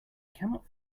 cannot